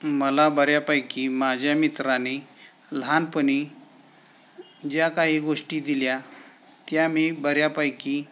मला बऱ्यापैकी माझ्या मित्रानी लहानपणी ज्या काही गोष्टी दिल्या त्या मी बऱ्यापैकी